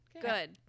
good